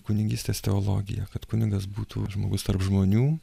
kunigystės teologiją kad kunigas būtų žmogus tarp žmonių